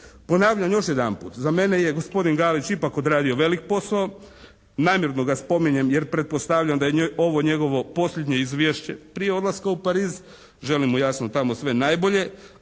Ponavljam još jedanput. Za mene je gospodin Galić ipak odradio velik posao. Namjerno ga spominjem jer pretpostavljam da je ovo njegovo posljednje izvješće prije odlaska u Pariz. Želim mu jasno tamo sve najbolje,